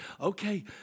Okay